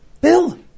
Bill